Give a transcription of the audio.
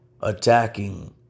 attacking